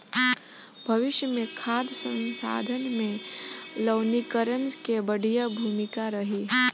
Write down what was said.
भविष्य मे खाद्य संसाधन में लवणीकरण के बढ़िया भूमिका रही